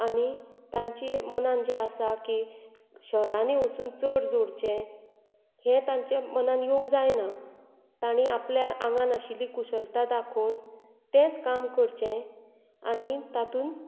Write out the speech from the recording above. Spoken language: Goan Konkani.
आनी तांचे मनांत जे आसा की शहरांनी वचून चड जोडचे हे तांच्या मनांत येवंक जायना ताणी आपल्या आंगांत आशिल्ली कुशळताय दाखोवन तेच काम करचे आनी तातूंत